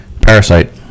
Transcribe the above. Parasite